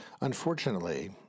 Unfortunately